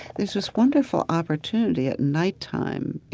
there's this wonderful opportunity at nighttime, you